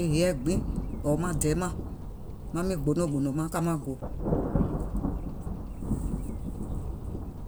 e heiɛ̀ gbiŋ, ɔ̀ɔ̀ maŋ dɛɛ mȧŋ, maŋ miŋ gbonogbònò maŋ ka maŋ gò.